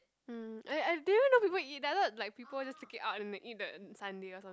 um I I didn't know people eat that I thought like people take just it out and they eat the sundae or some